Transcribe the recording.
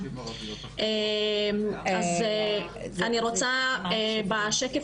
אני רוצה בשקף